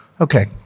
Okay